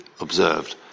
observed